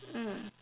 mm